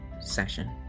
session